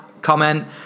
comment